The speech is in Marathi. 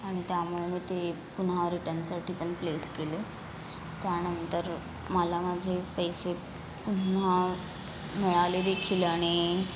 आणि त्यामुळं मग ते पुन्हा रिटर्नसाठी पण प्लेस केले त्यानंतर मला माझे पैसे पुन्हा मिळाले देखील आणि